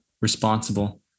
responsible